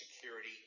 security